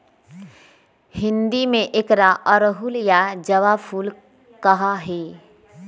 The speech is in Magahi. हिंदी में एकरा अड़हुल या जावा फुल कहा ही